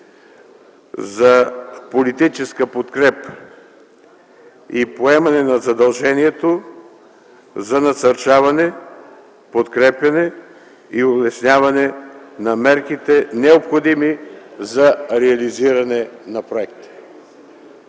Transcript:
за политическа подкрепа и поемане на задължението за насърчаване, подкрепяне и улесняване на мерките, необходими за реализиране на проекта.